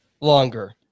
longer